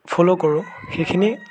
follow কৰোঁ সেইখিনি